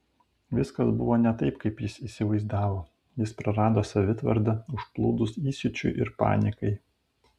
viskas buvo ne taip kaip jis įsivaizdavo jis prarado savitvardą užplūdus įsiūčiui ir panikai